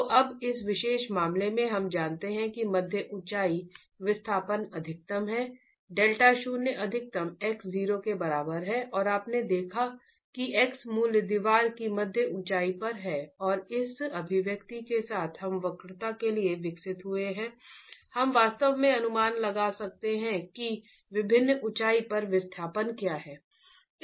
तो अब इस विशेष मामले में हम जानते हैं कि मध्य ऊंचाई विस्थापन अधिकतम है डेल्टा शून्य अधिकतम x 0 के बराबर है आपने देखा कि x मूल दीवार की मध्य ऊंचाई पर है और इस अभिव्यक्ति के साथ हम वक्रता के लिए विकसित हुए हैं हम वास्तव में अनुमान लगा सकते हैं कि विभिन्न ऊंचाई पर विस्थापन क्या हैं